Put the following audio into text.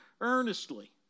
earnestly